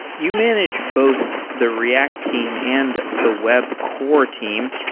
you manage both the react team and the web core team.